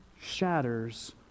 shatters